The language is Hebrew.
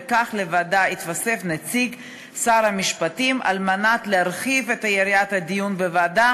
וכך לוועדה יתווסף נציג שר המשפטים על מנת להרחיב את יריעת הדיון בוועדה